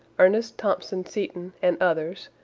ernest thompson seton and others,